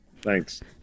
Thanks